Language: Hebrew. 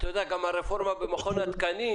אתה יודע שגם הרפורמה במכון התקנים